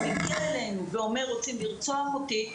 כשזה הגיע אלינו והוא אומר "רוצים לרצוח אותי",